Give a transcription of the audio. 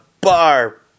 bar